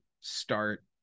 start